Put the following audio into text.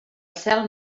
cel